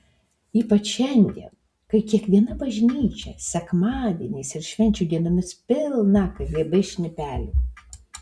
ypač šiandien kai kiekviena bažnyčia sekmadieniais ir švenčių dienomis pilna kgb šnipelių